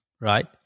right